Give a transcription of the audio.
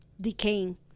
decaying